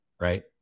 right